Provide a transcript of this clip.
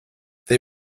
they